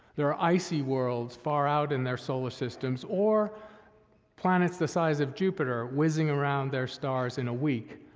there are icy worlds far out in their solar systems, or planets the size of jupiter, whizzing around their stars in a week.